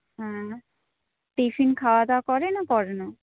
হুম tiffin খাওয়া দাওয়া করে না করে না